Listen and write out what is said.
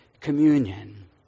communion